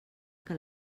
que